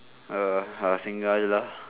err ah singgah jer lah